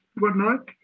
whatnot